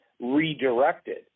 redirected